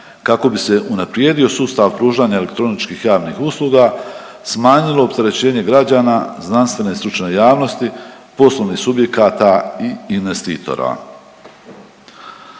kako bi se unaprijedio sustav pružanja elektroničkih javnih usluga, smanjilo opterećenje građana, znanstvene stručne javnosti, poslovnih subjekata i investitora.